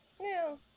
No